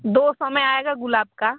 दो सौ में आएगा गुलाब का